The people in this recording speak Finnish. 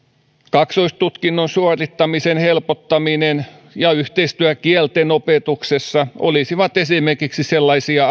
kaksoistutkinnon suorittamisen helpottaminen ja yhteistyö kieltenopetuksessa olisivat esimerkiksi sellaisia